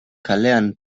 kalean